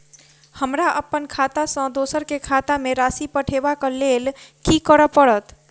हमरा अप्पन खाता सँ दोसर केँ खाता मे राशि पठेवाक लेल की करऽ पड़त?